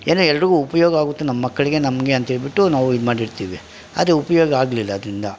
ಏನೋ ಎಲ್ರಿಗೂ ಉಪಯೋಗ ಆಗುತ್ತೆ ನಮ್ಮ ಮಕ್ಕಳಿಗೆ ನಮಗೆ ಅಂತೇಳ್ಬಿಟ್ಟು ನಾವು ಇದು ಮಾಡಿರ್ತೀವಿ ಅದು ಉಪಯೋಗ ಆಗಲಿಲ್ಲ ಅದರಿಂದ